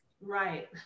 Right